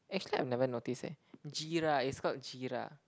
actually I've never noticed eh jeera it's called jeera